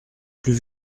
plus